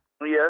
Yes